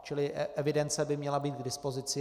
Čili evidence by měla být k dispozici.